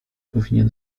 powinien